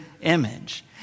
image